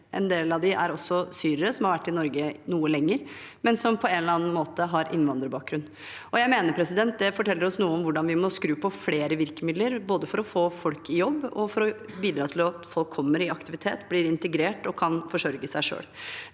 En del av dem er også syrere som har vært i Norge noe lenger, men som på en eller annen måte har innvandrerbakgrunn. Jeg mener det forteller oss noe om hvordan vi må skru på flere virkemidler, både for å få folk i jobb og for å bidra til at folk kommer i aktivitet, blir integrert og kan forsørge seg selv.